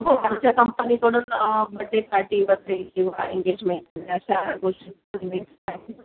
हो आमच्या कंपनीकडून बड्डे पार्टी वगैरे किंवा एंगेजमेंट अशा गोष्टी